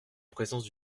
présence